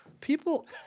People